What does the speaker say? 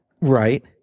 Right